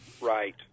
Right